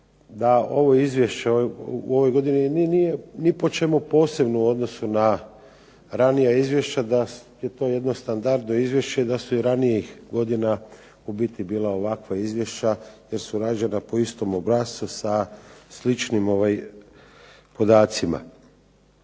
da ovo izvješće u ovoj godini nije ni po čemu posebno u odnosu na ranija izvješća, da je to jedno standardno izvješće, da su i ranijih godina u biti bila ovakva izvješća jer su rađena po istom obrascu sa sličnim podacima.